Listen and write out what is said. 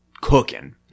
cooking